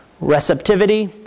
receptivity